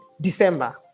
December